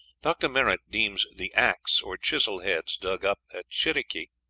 dr. merritt deems the axe or chisel heads dug up at chiriqui,